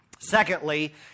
Secondly